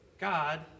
God